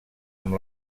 amb